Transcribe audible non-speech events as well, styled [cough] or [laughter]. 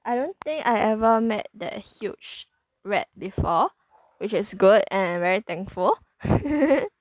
I don't think I ever met that huge rat before which is good and I am very thankful [laughs]